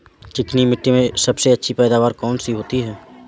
चिकनी मिट्टी में सबसे अच्छी पैदावार कौन सी होती हैं?